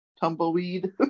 tumbleweed